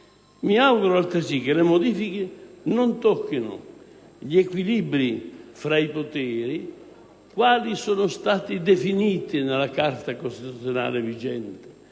Mi auguro altresì che le modifiche non tocchino gli equilibri tra i poteri quali sono stati definiti nella Carta costituzionale vigente;